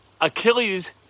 Achilles